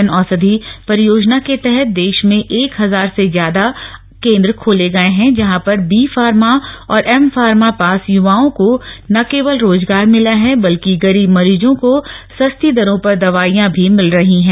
जन औषधि परियोजना के तहत देश में एक हजार से अधिक केंद्र खोले गए हैं जहां पर बी फार्मा और एम फार्मा पास युवाओं को न केवल रोजगार मिला है बल्कि गरीब मरीजों को सस्ती दरों पर दवाइयां भी मिल रही हैं